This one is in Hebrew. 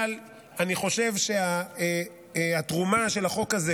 אבל אני חושב שהתרומה של החוק הזה